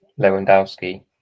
Lewandowski